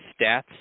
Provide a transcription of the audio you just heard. stats